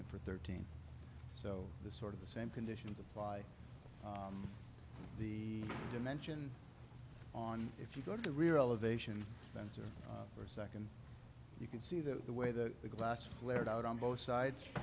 it for thirteen so the sort of the same conditions apply the dimension on if you go to the rear elevation center or second you can see that the way that the glass flared out on both sides